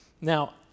Now